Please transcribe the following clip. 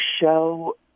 show